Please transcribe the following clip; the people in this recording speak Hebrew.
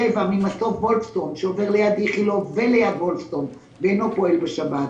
קו 7 ממסוף וולפסון שעובר ליד איכילוב וליד וולפסון ואינו פועל בשבת,